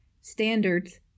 standards